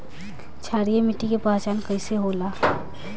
क्षारीय मिट्टी के पहचान कईसे होला?